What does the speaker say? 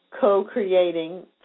co-creating